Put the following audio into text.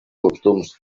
costums